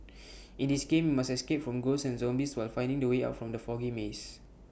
in this game must escape from ghosts and zombies while finding the way out from the foggy maze